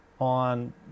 on